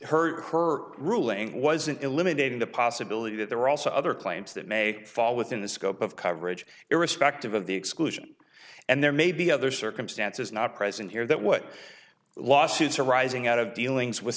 her her ruling wasn't eliminating the possibility that there were also other claims that may fall within the scope of coverage irrespective of the exclusion and there may be other circumstances not present here that what lawsuits arising out of dealings with